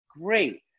great